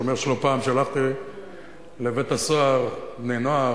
שאומר: לא פעם שלחתי לבית-הסוהר בני-נוער